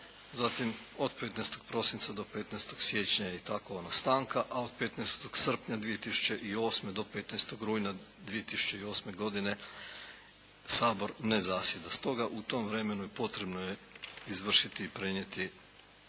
Zatim, od 15. prosinca do 15. siječnja je i tako ona stanka, a od 15. srpnja 1008. do 15. rujna 2008. godine Sabor ne zasjeda. Stoga u tom vremenu je potrebno izvršiti i prenijeti